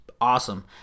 awesome